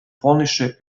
polnische